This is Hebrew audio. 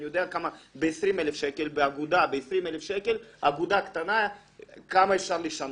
אני יודע כמה באגודה קטנה עם 20,000 שקל אפשר לשנות.